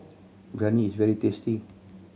biryani is very tasty